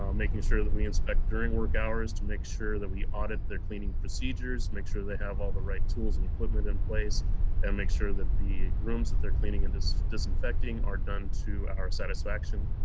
um making sure that we inspect during work hours to make sure that we audit their cleaning procedures, make sure they have all the right tools and equipment in place and make sure that the rooms that they're cleaning and disinfecting are done to our satisfaction.